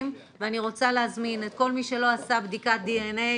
ואני רוצה להזמין את כל מי שלא עשה בדיקת דנ"א,